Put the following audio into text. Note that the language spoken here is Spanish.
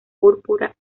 púrpura